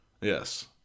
Yes